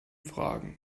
fragen